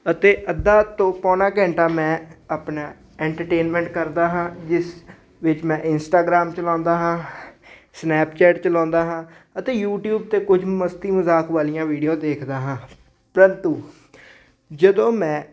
ਅਤੇ ਅੱਧਾ ਤੋਂ ਪੌਣਾ ਘੰਟਾ ਮੈਂ ਆਪਣਾ ਐਂਟਰਟੇਨਮੈਂਟ ਕਰਦਾ ਹਾਂ ਜਿਸ ਵਿੱਚ ਮੈਂ ਇੰਸਟਾਗ੍ਰਾਮ ਚਲਾਉਂਦਾ ਹਾਂ ਸਨੈਪਚੈਟ ਚਲਾਉਂਦਾ ਹਾਂ ਅਤੇ ਯੂਟੀਊਬ 'ਤੇ ਕੁਝ ਮਸਤੀ ਮਜ਼ਾਕ ਵਾਲੀਆਂ ਵੀਡੀਓ ਦੇਖਦਾ ਹਾਂ ਪ੍ਰੰਤੂ ਜਦੋਂ ਮੈਂ